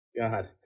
God